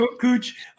Cooch